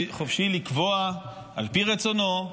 חופשי לקבוע על פי רצונו,